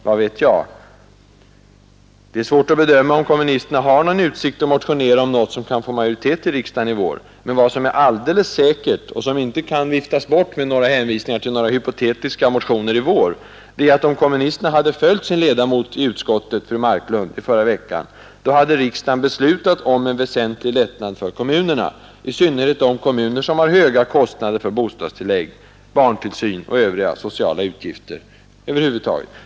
Vad vet jag? Det är svårt att bedöma om kommunisterna har någon utsikt att motionera om något som kan få majoritet i riksdagen i vår. Men vad som är alldeles säkert och som inte kan viftas bort med hänvisningar till några hypotetiska motioner i vår, är att om kommunisterna hade följt sin ledamot i utskottet, fru Marklund, förra veckan, så hade riksdagen beslutat om en väsentlig lättnad för kommunerna, i synnerhet de kommuner som har höga kostnader för bostadstillägg, barntillsyn och sociala utgifter över huvud taget.